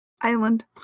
island